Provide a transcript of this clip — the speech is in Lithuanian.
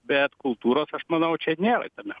bet kultūros aš manau čia nėra gana